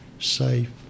safe